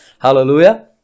hallelujah